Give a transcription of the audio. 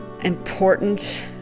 important